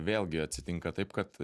vėlgi atsitinka taip kad